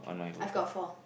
I've got four